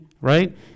right